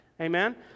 Amen